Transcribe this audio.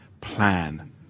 plan